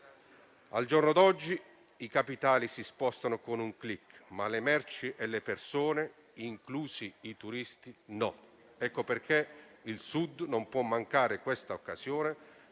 Al giorno d'oggi, i capitali si spostano con un *click*, ma le merci e le persone, inclusi i turisti, no. Ecco perché il Sud non può mancare quest'occasione